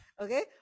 okay